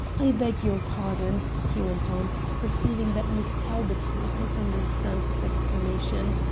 i beg your pardon, he went on, perceiving that miss talbot did not understand his exclamation.